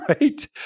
Right